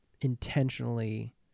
intentionally